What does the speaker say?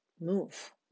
move